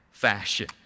Fashion